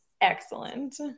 excellent